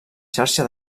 xarxa